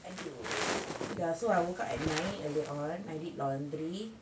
!aduh! ya so I woke up at night earlier on I did laundry